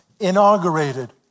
inaugurated